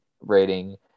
rating